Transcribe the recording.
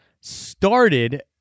started